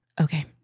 Okay